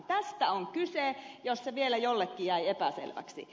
tästä on kyse jos se vielä jollekin jäi epäselväksi